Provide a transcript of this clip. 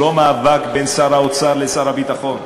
אני חושב שזה לא מאבק בין שר האוצר לשר הביטחון,